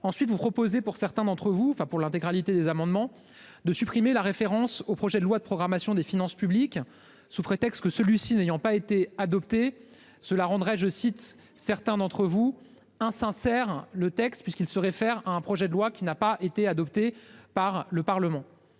Ensuite vous proposer pour certains d'entre vous, enfin pour l'intégralité des amendements de supprimer la référence au projet de loi de programmation des finances publiques sous prétexte que celui-ci n'ayant pas été adoptée, cela rendrait je cite certains d'entre vous hein. Sincère, le texte puisqu'il se réfère à un projet de loi qui n'a pas été adopté par le Parlement.